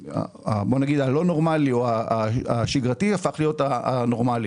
הלא נורמלי או השגרתי הפך להיות הנורמלי.